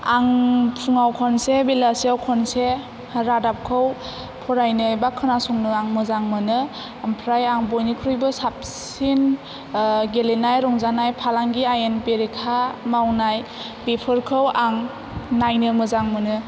आं फुंङाव खनसे बेलासियाव खनसे रादाबखौ फरायनो एबा खोनासंनो आं मोजां मोनो ओमफ्राय आं बयनिख्रुयबो साबसिन गेलेनाय रंजानाय फालांगि आयेन बेरेखा मावनाय बेफोरखौ आं नायनो मोजां मोनो